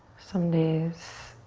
some days